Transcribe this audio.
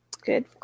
Good